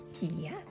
yes